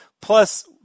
Plus